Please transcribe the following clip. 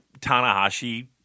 Tanahashi